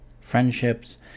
friendships